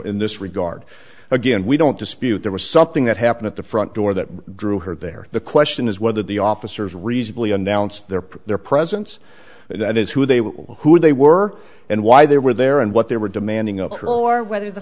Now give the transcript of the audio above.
in this regard again we don't dispute there was something that happened at the front door that drew her there the question is whether the officers reasonably announced their presence that is who they were who they were and why they were there and what they were demanding